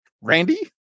Randy